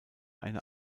eine